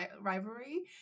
rivalry